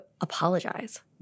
apologize